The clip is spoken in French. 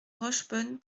rochebonne